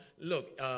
Look